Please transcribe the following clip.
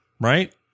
Right